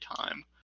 time